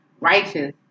Righteous